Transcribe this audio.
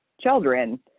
children